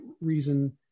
reason